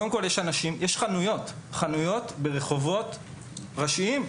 קודם כול, יש חנויות ברחובות ראשיים.